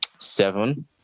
seven